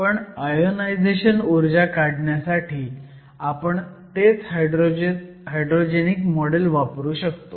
पण आयोनायझेशन ऊर्जा काढण्यासाठी आपण तेच हायड्रोजेनिक मॉडेल वापरू शकतो